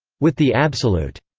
with the absolute.